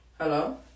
Hello